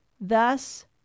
thus